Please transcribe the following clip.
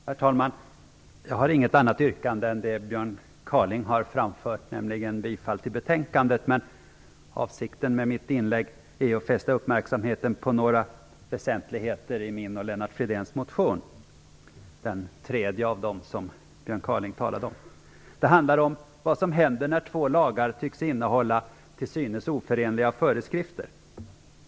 Herr talman! Jag har inget annat yrkande än det Björn Kaaling framfört, nämligen bifall till hemställan i betänkandet. Avsikten med mitt inlägg är att fästa uppmärksamheten på några väsentligheter i min och Kaaling talade om. Den handlar om vad som händer när två lagar tycks innehålla till synes oförenliga föreskrifter.